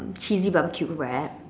cheesy barbecue wrap